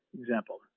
example